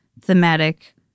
thematic